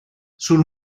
sul